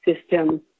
system